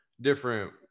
different